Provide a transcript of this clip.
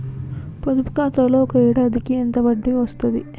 పొదుపు ఖాతాలో ఒక ఏడాదికి ఎంత వడ్డీ వస్తది?